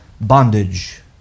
bondage